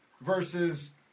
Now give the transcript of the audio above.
versus